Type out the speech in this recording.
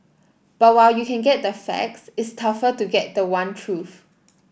but while you can get the facts it's tougher to get the one truth